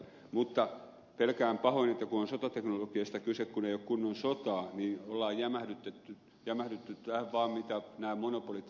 mutta pelkään pahoin että kun on sotateknologiasta kyse kun ei ole kunnon sotaa niin on vaan jämähdetty tähän mitä nämä monopolit hallitsevat